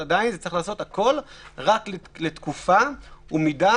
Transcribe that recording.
עדיין צריך לעשות הכול רק לתקופה ובמידה